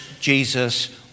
Jesus